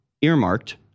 earmarked